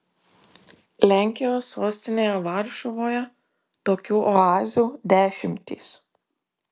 lenkijos sostinėje varšuvoje tokių oazių dešimtys